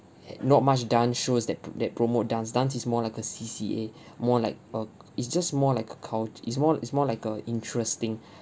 h~ not much done shows that p~ that promote dance dance is more like a C_C_A more like a it's just more like a cult it's more it's more like a interest thing